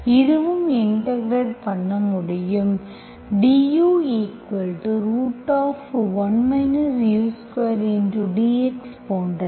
இதுவும் இன்டெகிரெட் பண்ண முடியும் du 1 u2 dx போன்றது